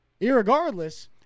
Irregardless